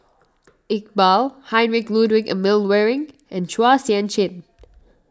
Iqbal Heinrich Ludwig Emil Luering and Chua Sian Chin